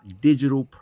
digital